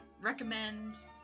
recommend